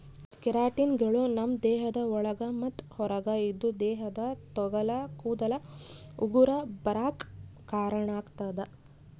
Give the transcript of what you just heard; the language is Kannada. ಕೆರಾಟಿನ್ಗಳು ನಮ್ಮ್ ದೇಹದ ಒಳಗ ಮತ್ತ್ ಹೊರಗ ಇದ್ದು ದೇಹದ ತೊಗಲ ಕೂದಲ ಉಗುರ ಬರಾಕ್ ಕಾರಣಾಗತದ